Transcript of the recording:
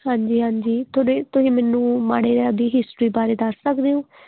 ਹਾਂਜੀ ਹਾਂਜੀ ਥੋੜ੍ਹੇ ਤੁਸੀਂ ਮੈਨੂੰ ਮਾੜਾ ਜਿਹਾ ਉਹਦੀ ਹਿਸਟਰੀ ਬਾਰੇ ਦੱਸ ਸਕਦੇ ਹੋ